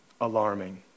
alarming